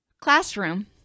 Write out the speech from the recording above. classroom